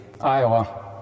Iowa